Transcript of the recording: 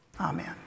Amen